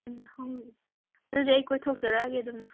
ꯎꯝ ꯍꯣꯏ ꯑꯗꯨꯗꯤ ꯑꯩ ꯀꯣꯏꯊꯣꯛꯆꯔꯛꯑꯒꯦ ꯑꯗꯨꯅ